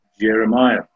Jeremiah